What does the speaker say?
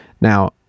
Now